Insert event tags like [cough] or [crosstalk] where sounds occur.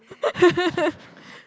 [laughs]